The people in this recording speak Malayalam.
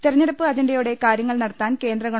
തെരഞ്ഞെടുപ്പ് അജണ്ടയോടെ കാര്യങ്ങൾ നടത്താൻ കേന്ദ്ര ഗവ